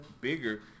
bigger